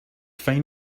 fine